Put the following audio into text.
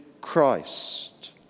Christ